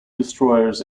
destroyers